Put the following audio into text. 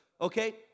okay